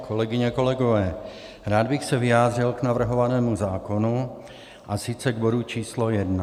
Kolegyně, kolegové, rád bych se vyjádřil k navrhovanému zákonu, a sice k bodu číslo 1.